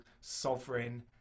sovereign